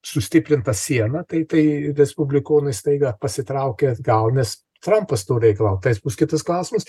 sustiprinta siena tai tai respublikonai staiga pasitraukė atgal nes trampas to reikalavo tai jis bus kitas klausimas